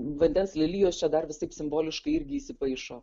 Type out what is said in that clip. vandens lelijos čia dar visaip simboliškai irgi įsipaišo